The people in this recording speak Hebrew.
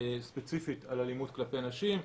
ספציפית על אלימות כלפי נשים.